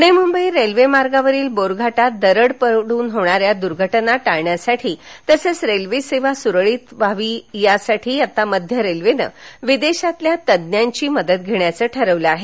Pune Mumbai railway मार्गावरील बोरघाटात दरड पडून होणाऱ्या दुर्घटना टाळण्यासाठी तसेच रेल्वे सेवा स्रळीत सुरू रहावी यासाठी आता मध्य रेल्वेने विदेशातील तज्ञांची मदत घेण्याचं ठरवलं आहे